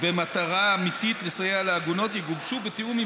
במטרה אמיתית לסייע לעגונות יגובשו בתיאום עם